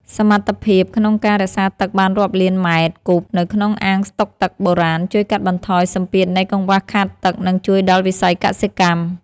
សមត្ថភាពក្នុងការរក្សាទឹកបានរាប់លានម៉ែត្រគូបនៅក្នុងអាងស្តុកទឹកបុរាណជួយកាត់បន្ថយសម្ពាធនៃកង្វះខាតទឹក និងជួយដល់វិស័យកសិកម្ម។